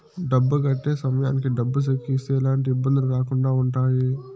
డబ్బు కట్టే సమయానికి డబ్బు సెక్కు ఇస్తే ఎలాంటి ఇబ్బందులు రాకుండా ఉంటాయి